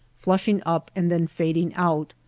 flushing up and then fading out,